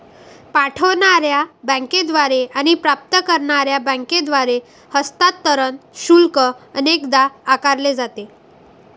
पाठवणार्या बँकेद्वारे आणि प्राप्त करणार्या बँकेद्वारे हस्तांतरण शुल्क अनेकदा आकारले जाते